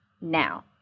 now